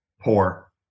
poor